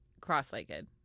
cross-legged